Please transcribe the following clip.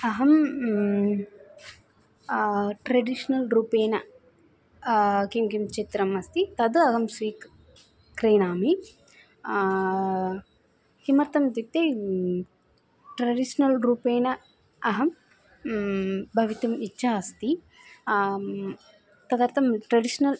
अहं ट्रेडिश्नल् रूपेण किं किं चित्रम् अस्ति तद् अहं स्वीक्र क्रीणामि किमर्थम् इत्युक्ते ट्रेडिश्नल् रूपेण अहं भवितुम् इच्छा अस्ति तदर्तं ट्रेडिश्नल्